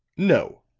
no,